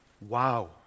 Wow